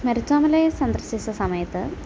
മരുത്വാമലയെ സന്ദർശിച്ച സമയത്ത്